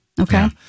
Okay